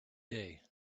day